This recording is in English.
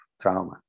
trauma